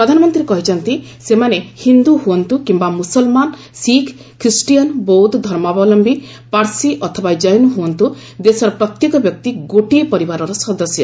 ପ୍ରଧାନମନ୍ତ୍ରୀ କହିଛନ୍ତି ସେମାନେ ହିନ୍ଦୁ ହୁଅନ୍ତୁ କିମ୍ବା ମୁସଲମାନ ଶିଖ ଖ୍ରୀଷ୍ଟିୟାନ ବୌଦ୍ଧ ଧର୍ମାବଲମ୍ଭୀ ପାର୍ସୀ ଅଥବା ଜୈନ ହୁଅନ୍ତୁ ଦେଶର ପ୍ରତ୍ୟେକ ବ୍ୟକ୍ତି ଗୋଟିଏ ପରିବାରର ସଦସ୍ୟ